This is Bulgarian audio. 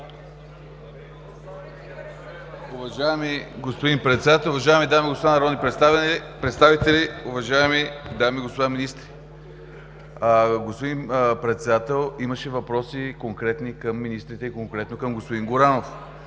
Уважаеми господин Председател, уважаеми дами и господа народни представители, уважаеми дами и господа министри! Господин Председател, имаше конкретни въпроси към министрите и конкретно към господин Горанов.